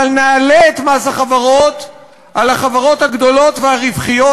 אבל נעלה את מס החברות על החברות הגדולות והרווחיות,